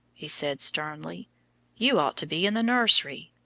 he said sternly you ought to be in the nursery.